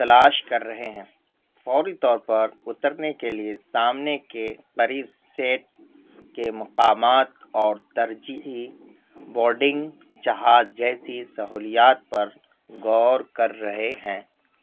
تلاش کر رہے ہیں فوری طور پر اترنے کے لیے سامنے کے قریب سیٹ کے مقامات اور ترجیحی بورڈنگ جہاز جیسی سہولیات پر غور کر رہے ہیں